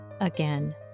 again